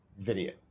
video